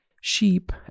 Sheep